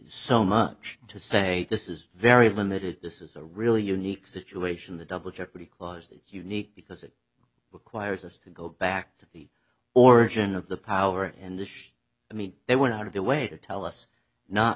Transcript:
so much to say this is very limited this is a really unique situation the double jeopardy clause that you need because it but quietus to go back to the origin of the power and the show i mean they went out of their way to tell us not